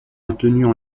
maintenues